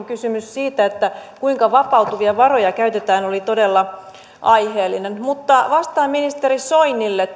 kysymys siitä kuinka vapautuvia varoja käytetään oli todella aiheellinen mutta vastaan ministeri soinille